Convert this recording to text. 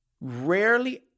rarely